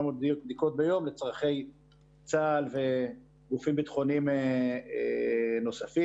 בדיקות ביום לצרכי צה"ל וגופים ביטחוניים נוספים,